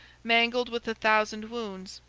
mangled with a thousand wounds,